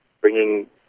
bringing